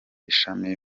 ishami